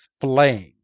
flame